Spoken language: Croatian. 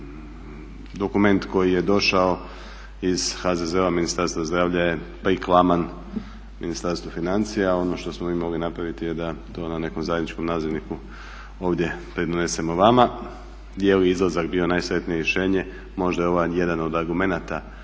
dokument koji je došao iz HZZO-a Ministarstvo zdravlja je priklaman Ministarstvu financija. Ono što smo mi mogli napraviti je da to na nekom zajedničkom nazivniku ovdje prenesemo vama. Je li izlazak bio najsretnije rješenje, možda je ovo jedan od argumenata